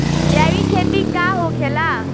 जैविक खेती का होखेला?